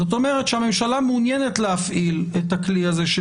זאת אומרת שהממשלה מעוניינת להפעיל את הכלי הזה של